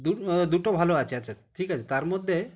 দুটো দুটো ভালো আছে আচ্ছা ঠিক আছে তার মধ্যে